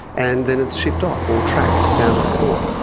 and then it's shipped off or tracked down to the port.